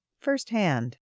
firsthand